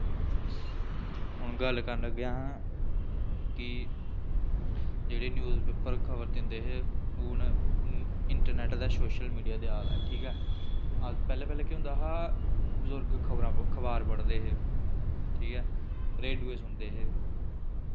हून गल्ल करन लग्गे आं कि जेह्ड़े न्यूज़ पेपर खबर दिंदे हे हून इंट्रनैट ते सोशल मीडिया देआ दा ठीक ऐ पैह्लें पैह्लें केह् होंदा हा बजुर्ग खबरां खबार पढ़दे हे ठीक ऐ रेडूए सुनदे हे